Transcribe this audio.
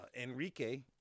Enrique